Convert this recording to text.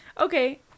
Okay